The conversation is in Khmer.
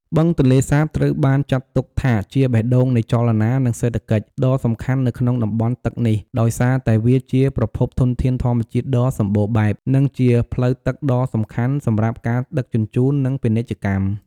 បឹងទន្លេសាបត្រូវបានចាត់ទុកថាជា បេះដូងនៃចលនា និងសេដ្ឋកិច្ច ដ៏សំខាន់នៅក្នុងតំបន់ទឹកនេះ ដោយសារតែវាជាប្រភពធនធានធម្មជាតិដ៏សម្បូរបែប និងជាផ្លូវទឹកដ៏សំខាន់សម្រាប់ការដឹកជញ្ជូន និងពាណិជ្ជកម្ម។